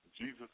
Jesus